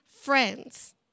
friends